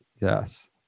Yes